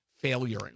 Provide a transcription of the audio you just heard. failure